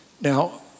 Now